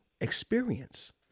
experience